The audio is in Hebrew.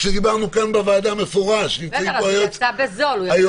כשדיברנו כאן בוועדה במפורש נמצאים פה היועץ המשפטי